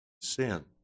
Sin